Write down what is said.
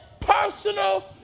personal